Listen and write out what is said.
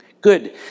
Good